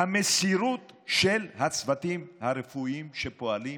המסירות של הצוותים הרפואיים שפועלים